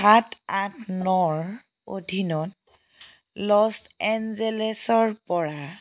সাত আঠ নৰ অধীনত লছ এঞ্জেলেছৰপৰা